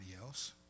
else